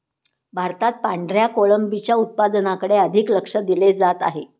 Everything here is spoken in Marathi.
भारतात पांढऱ्या कोळंबीच्या उत्पादनाकडे अधिक लक्ष दिले जात आहे